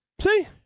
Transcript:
See